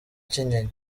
kinyinya